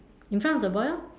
in front of the boy orh